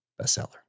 bestseller